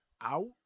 out